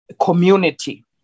community